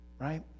right